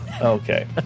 Okay